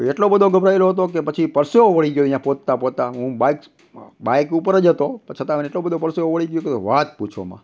તો એટલો બધો ગભરાયલો હતો કે પછી પરસેવો વળી ગયો એ ત્યાં પહોંચતા પહોંચતા હું બાઇક બાઇક ઉપર જ હતો પણ છતાં મને એટલો બધો પરસેવો વળી ગયો કે વાત પૂછો ના